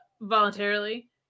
voluntarily